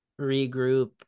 regroup